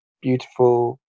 beautiful